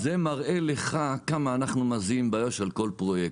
זה מראה לך כמה אנחנו מזיעים ביו"ש על כל פרויקט.